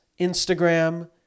Instagram